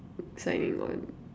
signing on